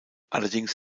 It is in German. allerdings